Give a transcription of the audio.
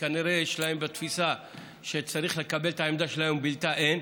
כנראה יש להם תפיסה שצריך לקבל את העמדה שלהם ובלתה אין,